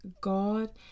God